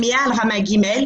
מעל רמה ג',